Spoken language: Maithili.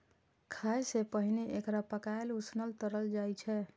खाय सं पहिने एकरा पकाएल, उसनल, तरल जाइ छै